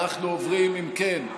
אם כן,